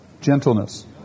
Gentleness